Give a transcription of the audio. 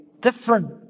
different